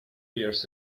years